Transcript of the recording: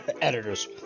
Editors